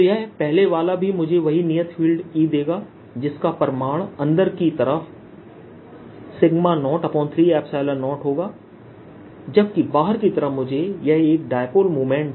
तो यह पहले वाला भी मुझे वही नियत फील्ड E देगा जिसका परिमाण अंदर की तरफ 030 होगा जबकि जबकि बाहर की तरफ मुझे यह एक डाइपोल मोमेंट